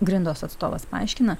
grindos atstovas paaiškina